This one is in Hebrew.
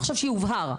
עכשיו שיובהר,